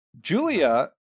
Julia